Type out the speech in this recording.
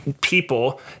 people